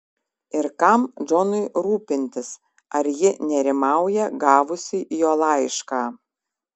ir kam džonui rūpintis ar ji nerimauja gavusi jo laišką